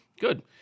good